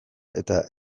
eta